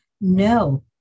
No